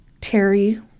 Terry